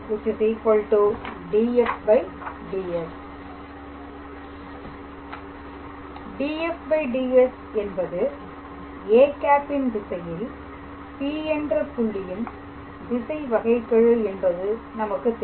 Refer Slide Time 2038 dfds என்பது â ன் திசையில் P என்ற புள்ளியின் திசை வகைக்கெழு என்பது நமக்குத் தெரியும்